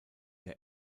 der